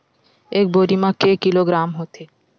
एक बोरी म के किलोग्राम होथे?